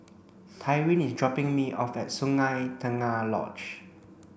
Tyrin is dropping me off at Sungei Tengah Lodge